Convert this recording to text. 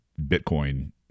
Bitcoin